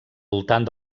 voltant